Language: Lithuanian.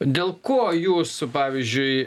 dėl ko jūs pavyzdžiui